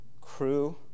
crew